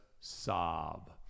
sob